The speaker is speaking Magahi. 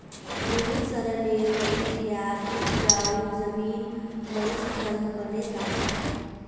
भूमि क्षरनेर प्रक्रियात उपजाऊ जमीन मरुस्थल बने जा छे